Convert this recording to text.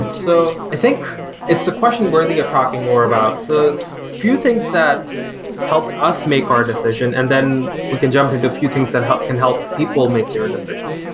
so i think it's a question worthy of talking more about. so a few things that helped us make our decision, and then we can jump into a few things that can help people make their decision.